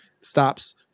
Stops